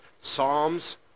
Psalms